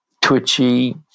twitchy